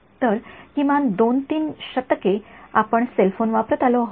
तर किमान २ ३ दशके आपण सेल फोन वापरत आलो आहोत